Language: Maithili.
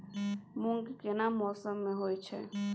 मूंग केना मौसम में होय छै?